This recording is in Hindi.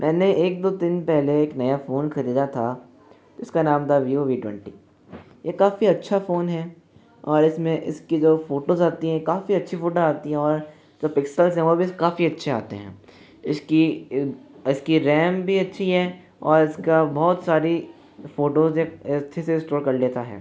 मैंने एक दो दिन पहले एक नया फोन खरीदा था उसका नाम था वीवो वी ट्वेंटी ये काफी अच्छा फ़ोन हैं और इसमें इसकी जो फोटोज़ आती हैं काफी अच्छी फोटो आती हैं और जो पिक्सल्स हैं वह भी काफी अच्छे आते हैं इसकी इसकी रैम भी अच्छी है और इसका बहुत सारी फोटोज़ अच्छे से स्टोर कर लेता है